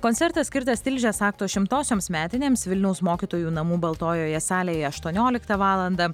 koncertas skirtas tilžės akto šimtosioms metinėms vilniaus mokytojų namų baltojoje salėje aštuonioliktą valandą